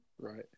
right